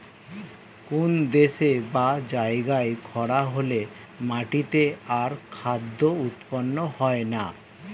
কোন দেশে বা জায়গায় খরা হলে মাটিতে আর খাদ্য উৎপন্ন হয় না